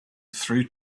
through